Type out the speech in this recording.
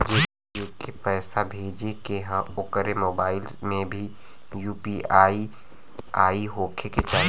जेके पैसा भेजे के ह ओकरे मोबाइल मे भी यू.पी.आई होखे के चाही?